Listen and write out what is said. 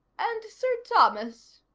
and sir thomas,